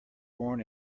born